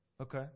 Okay